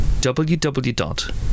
www